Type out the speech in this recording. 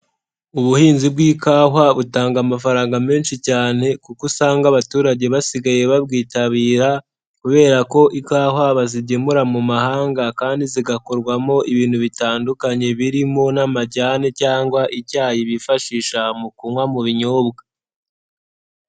Ubuhinzi bw'ikawa butanga amafaranga menshi cyane kuko usanga abaturage basigaye babwitabira kubera ko ikawa bazigemura mu mahanga kandi zigakorwamo ibintu bitandukanye, birimo n'amajyane cyangwa icyayi bifashisha mu kunywa mu binyobwa.